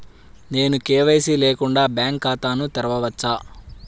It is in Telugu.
నేను కే.వై.సి లేకుండా బ్యాంక్ ఖాతాను తెరవవచ్చా?